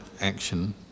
action